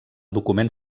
document